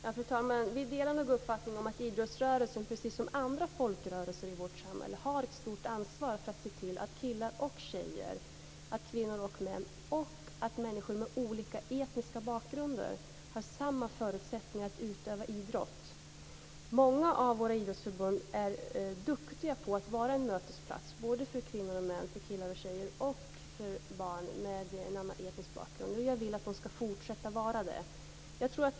Fru talman! Vi delar uppfattningen att idrottsrörelsen, precis som andra folkrörelser i vårt samhälle, har ett stort ansvar för att se till att killar och tjejer, kvinnor och män och människor med olika etnisk bakgrund har samma förutsättningar att utöva idrott. Många idrottsförbund är duktiga på att vara en mötesplats både för kvinnor och män, killar och tjejer, och för barn med en annan etnisk bakgrund. Jag vill att de skall fortsätta att vara det.